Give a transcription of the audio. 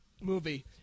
movie